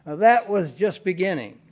that was just beginning.